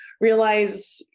realize